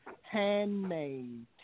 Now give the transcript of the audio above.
handmade